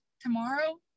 tomorrow